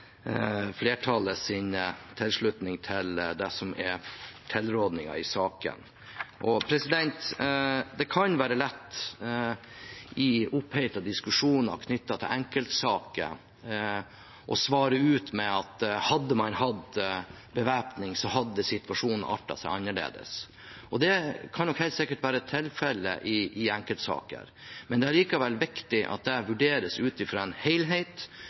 tilslutning til tilrådingen i saken. Det kan være lett i opphetede diskusjoner knyttet til enkeltsaker å svare at hadde man hatt bevæpning, hadde situasjonen artet seg annerledes. Det kan nok helt sikkert være tilfellet i enkeltsaker, men det er likevel viktig at det vurderes ut fra en